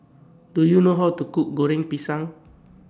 Do YOU know How to Cook Goreng Pisang